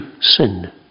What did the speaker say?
sin